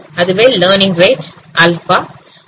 அதுவே learning rate alpha learning rate alpha